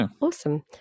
awesome